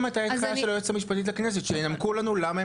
זאת גם הייתה ההנחיה של היועצת המשפטית לכנסת שהממשלה